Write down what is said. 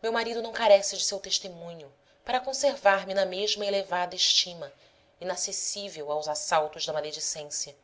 meu marido não carece de seu testemunho para conservar-me na mesma elevada estima inacessível aos assaltos da maledicência